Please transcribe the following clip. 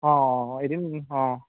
অঁ অঁ এদিন অঁ